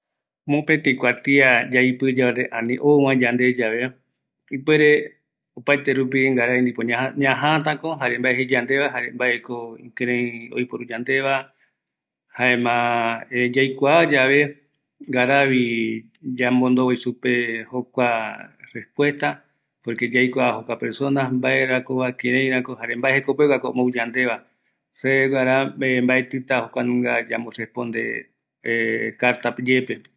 ﻿Mopetɨ kuatia yaipɨ yave, ani ou ovae yande yave, ipuere opaete rupi ngarai ndipo ñaja, ñajatako jare mbae jei yandeva, jare mbaeko ikirei oiporu yandeva, jaema yaikuayave, ngaravi yambondovoi supe jokua respuesta, porque yaikua jokiua persona, mbaerakova, kirairako jare mbae jekopeguako ombou yandeva, seve guara, mbaetita jokuanunga yamborresponde cartape yepe